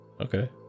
okay